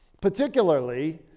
Particularly